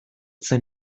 zen